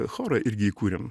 chorą irgi įkūrėm